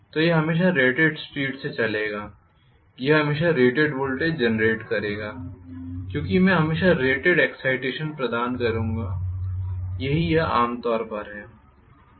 तो यह हमेशा रेटेड स्पीड से चलेगा यह हमेशा रेटेड वोल्टेज जेनरेट करेगा क्योंकि मैं हमेशा रेटेड एक्साइटेशन प्रदान करूँगा यही यह आम तौर पर है